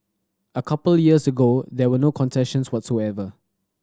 a couple years ago there were no concessions whatsoever